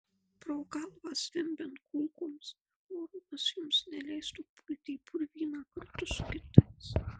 pro galvą zvimbiant kulkoms orumas jums neleistų pulti į purvyną kartu su kitais